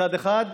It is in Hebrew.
מצד אחד,